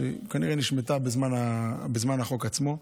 והיא כנראה נשמטה בזמן החוק עצמו.